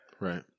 Right